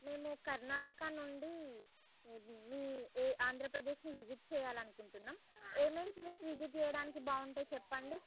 మేము కర్ణాటక నుండి మీ ఆంధ్రప్రదేశ్ని విజిట్ చేయాలనుకుంటున్నాం ఏమేం ప్లేస్ విజిట్ చేయడానికి బాగుంటాయి చెప్పండి